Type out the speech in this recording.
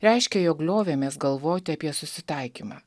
reiškia jog liovėmės galvoti apie susitaikymą